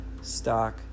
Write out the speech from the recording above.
stock